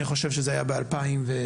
אני חושב שזה היה ב- 1994,